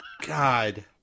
God